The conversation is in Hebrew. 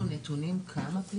יש לנו נתונים כמה פליטות?